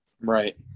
Right